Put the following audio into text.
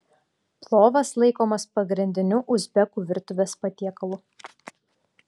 plovas laikomas pagrindiniu uzbekų virtuvės patiekalu